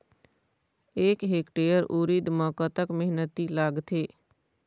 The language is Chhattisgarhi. एक हेक्टेयर उरीद म कतक मेहनती लागथे?